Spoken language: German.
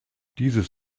dieses